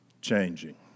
changing